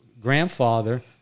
grandfather